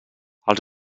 als